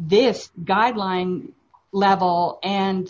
this guideline level and